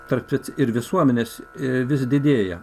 tarp ir visuomenės ir vis didėja